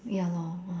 ya lor